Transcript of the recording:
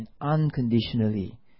unconditionally